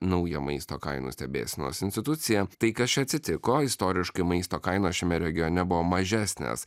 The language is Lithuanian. naują maisto kainų stebėsenos instituciją tai kas čia atsitiko istoriškai maisto kainos šiame regione buvo mažesnės